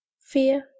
fear